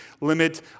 limit